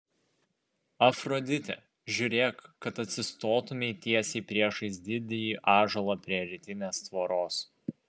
afrodite žiūrėk kad atsistotumei tiesiai priešais didįjį ąžuolą prie rytinės tvoros